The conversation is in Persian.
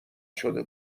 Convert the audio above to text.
شده